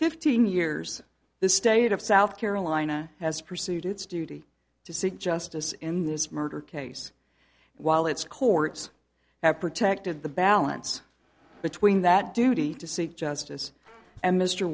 fifteen years the state of south carolina has pursued its duty to seek justice in this murder case while its courts have protected the balance between that duty to seek justice and mr